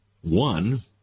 One